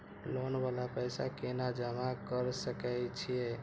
Loan वाला पैसा केना जमा कर सके छीये?